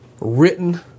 written